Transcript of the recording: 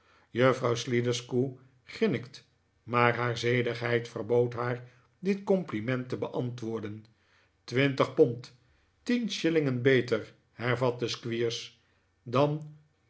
juffrouw sliderskew grinnikte maar haar zedigheid verbood haar dit compliment te beantwoorden twintig pond tien shillingen beter hervatte squeers dan